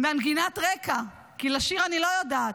מנגינת רקע, כי לשיר אני לא יודעת.